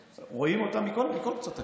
רואים אותם מכל קצות הקשת,